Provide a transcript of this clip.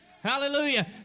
Hallelujah